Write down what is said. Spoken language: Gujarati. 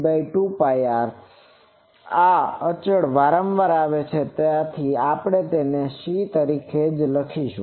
C2Πr આ અચળ વારંવાર આવે છે તેથી આપણે તેને C જ લખીશું